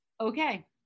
Okay